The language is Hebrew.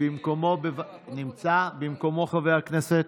במקומו חבר הכנסת,